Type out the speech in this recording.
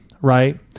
right